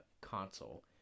console